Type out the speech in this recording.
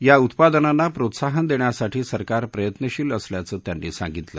या उत्पादनांना प्रोत्साहन देण्यासाठी सरकार प्रयत्नशील असल्याचं त्यांनी सांगितलं